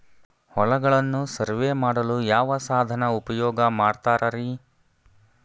ಹೊಲಗಳನ್ನು ಸರ್ವೇ ಮಾಡಲು ಯಾವ ಸಾಧನ ಉಪಯೋಗ ಮಾಡ್ತಾರ ರಿ?